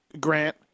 Grant